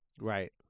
Right